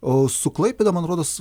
o su klaipėda man rodos